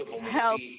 help